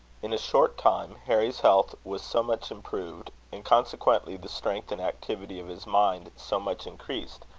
in a short time harry's health was so much improved, and consequently the strength and activity of his mind so much increased,